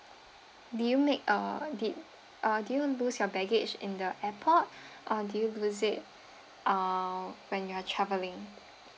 did you made uh did uh did you lose your baggage in the airport or do you lose it uh when you are traveling